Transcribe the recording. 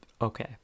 Okay